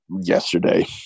yesterday